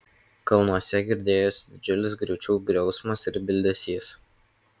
kalnuose girdėjosi didžiulis griūčių griausmas ir bildesys